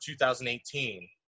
2018